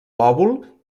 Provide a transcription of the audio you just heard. lòbul